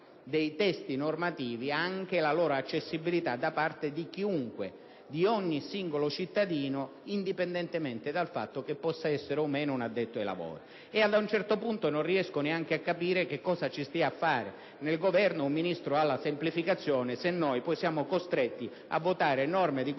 dei testi normativi e della loro accessibilità da parte di chiunque, di ogni singolo cittadino, indipendentemente dal fatto che si tratti di un addetto ai lavori o meno. A questo punto, non riesco neanche a capire cosa ci stia fare nel Governo un Ministro per la semplificazione, se poi siamo costretti a votare norme di questa